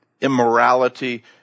immorality